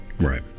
Right